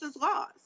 laws